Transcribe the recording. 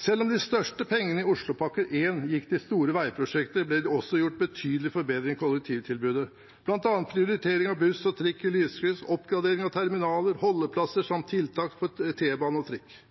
Selv om de største pengene i Oslopakke 1 gikk til store veiprosjekter, ble det også gjort betydelige forbedringer i kollektivtilbudet, bl.a. prioritering av buss og trikk i lyskryss, oppgradering av terminaler og holdeplasser samt tiltak for T-bane og